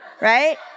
right